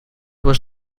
was